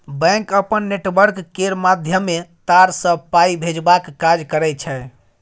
bank अपन network केर माध्यमे तार सँ पाइ भेजबाक काज करय छै